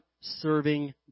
serving